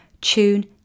Tune